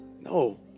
No